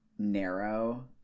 narrow